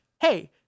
hey